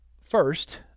first